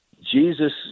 Jesus